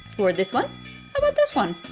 or this one! how about this one?